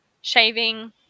shaving